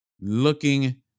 looking